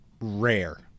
rare